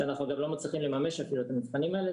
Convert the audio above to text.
שאנחנו אגב לא מצליחים לממש אפילו את המבחנים האלה,